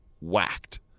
whacked